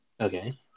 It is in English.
Okay